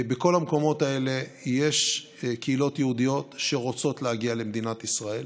בכל המקומות האלה יש קהילות יהודיות שרוצות להגיע למדינת ישראל.